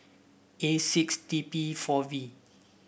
A six T P four V